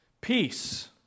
Peace